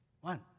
One